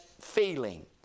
feeling